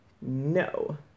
No